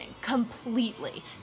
Completely